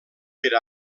per